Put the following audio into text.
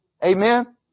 Amen